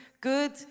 good